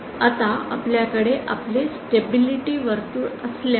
आता आपल्याकडे आपले स्टेबिलिटी वर्तुळ असल्यास